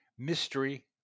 Mystery